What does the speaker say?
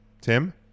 Tim